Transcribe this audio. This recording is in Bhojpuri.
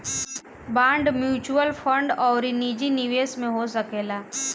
बांड म्यूच्यूअल फंड अउरी निजी निवेश में हो सकेला